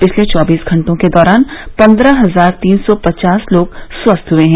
पिछले चौबीस घंटों के दौरान पंद्रह हजार तीन सौ पचास लोग स्वस्थ हुए हैं